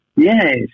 Yes